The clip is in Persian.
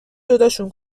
جداشون